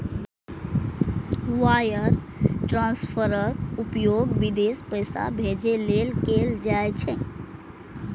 wire ट्रांसफरक उपयोग विदेश पैसा भेजै लेल कैल जाइ छै